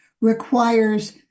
requires